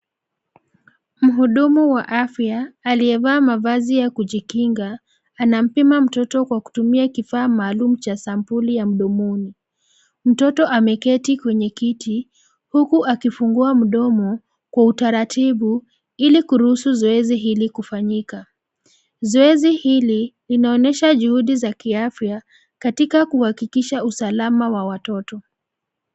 Mhudumu wa afya, aliyevaa mavazi ya kujikinga, anampima mtoto kwa kutumia kifaa maalum cha sampuli ya mdomoni. Mtoto ameketi kwenye kiti, huku akifungua mdomo, kwa utaratibu, ilikuruhusu zoezi hili kufanyika. Zoezi hili, inaonyesha juhudi za kiafya, katika kuhakikisha usalama wa watoto.